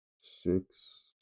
six